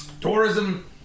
tourism